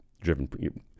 driven